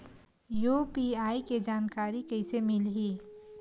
UPI के जानकारी कइसे मिलही?